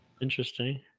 Interesting